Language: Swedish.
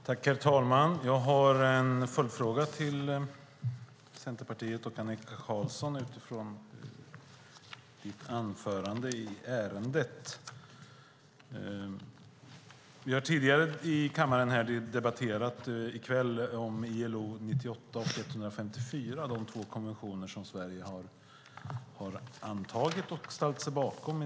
Herr talman! Jag har en fråga till Annika Qarlsson utifrån hennes anförande i ärendet. Vi har tidigare här i kammaren i kväll debatterat ILO 98 och 154, de två konventioner som Sverige har antagit och ställt sig bakom.